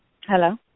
Hello